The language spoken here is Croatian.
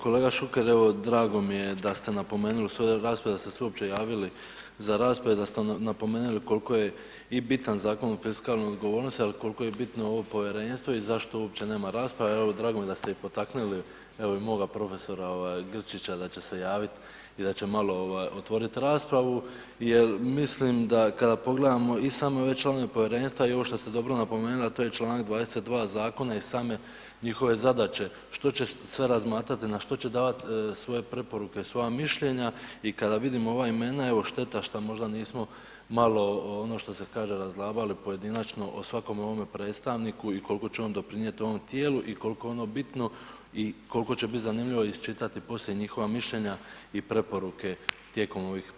Kolega Šuker, evo drago mi je da ste napomenuli u svojoj raspravi da ste se uopće javili za raspravu, da ste napomenuli kolko je i bitan Zakon o fiskalnoj odgovornosti, al kolko je i bitno ovo povjerenstvo i zašto uopće nema rasprave, evo drago mi je da ste ih potaknuli, evo i moga prof. Grčića da će se javit i da će malo otvorit raspravu jel mislim da kada pogledamo i same ove članove povjerenstva i ovo što ste dobro napomenuli, a to je čl. 22. zakona i same njihove zadaće, što će sve razmatrati, na što će davat svoje preporuke, svoja mišljenja i kada vidimo ova imena i evo šteta što možda nismo malo ono što se kaže razglabali pojedinačno o svakome ovome predstavniku i kolko će on doprinijeti ovom tijelu i kolko je ono bitno i kolko će bit zanimljivo isčitati poslije njihova mišljenja i preporuke tijekom ovih 5.g.